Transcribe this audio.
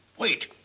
wait.